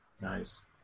Nice